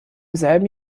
selben